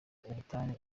ubutane